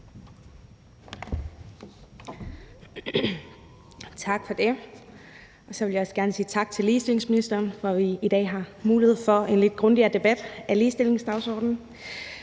Tak for det. Og så vil jeg også gerne sige tak til ligestillingsministeren for, at vi i dag har mulighed for en lidt grundigere debat om ligestillingsdagsordenen.